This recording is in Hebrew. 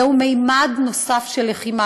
זהו ממד נוסף של לחימה.